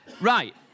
right